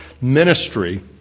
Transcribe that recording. ministry